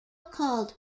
called